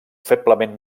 feblement